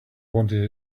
wanted